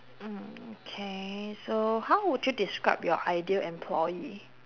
mm okay so how would you describe your ideal employee